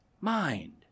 mind